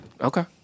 Okay